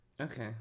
Okay